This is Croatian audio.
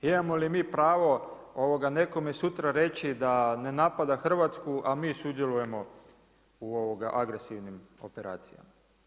Imamo li mi pravo nekome sutra reći da ne napada Hrvatsku a mi sudjelujemo u agresivnim operacijama?